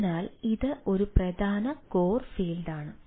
അതിനാൽ ഇത് ഒരു പ്രധാന കോർ ഫീൽഡാണ്